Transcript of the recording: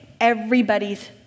everybody's